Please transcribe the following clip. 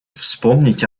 вспомнить